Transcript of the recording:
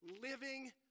living